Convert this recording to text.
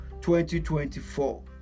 2024